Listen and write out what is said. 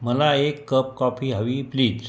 मला एक cup coffee हवी प्लीज